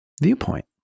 viewpoint